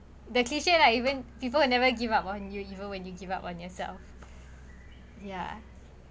the cliche like even people will never give up on you even when you give up on yourself yeah